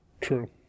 True